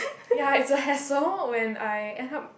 ya is a hassle when I end up